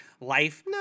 life